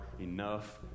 enough